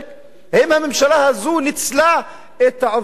האם הממשלה הזאת ניצלה את העובדה שיש,